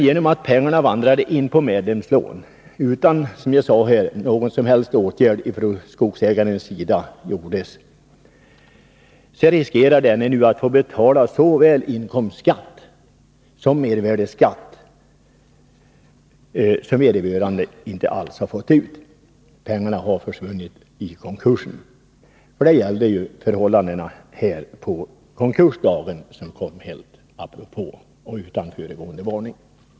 Men då pengarna gick in på medlemslån utan någon som helst åtgärd från skogsägarens sida, riskerar denne nu att genom den bokföringstekniken få betala såväl inkomstskatt som mervärdeskatt, trots att vederbörande inte har fått ut någonting. Pengarna försvann vid konkursen. Sådana var förhållandena dagen för konkursen, som kom utan föregående varning.